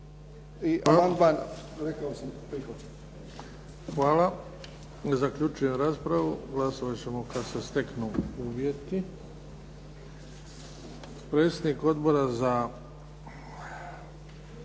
Hvala. Zaključujem raspravu. Glasovat ćemo kad se steknu uvjeti. **Bebić, Luka